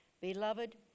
Beloved